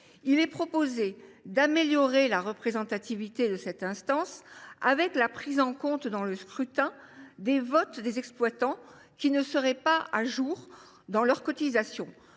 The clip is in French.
Il est proposé d’améliorer la représentativité de cette instance en prenant en compte les votes des exploitants qui ne seraient pas à jour de leur cotisation.